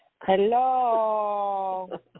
Hello